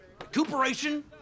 recuperation